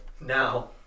now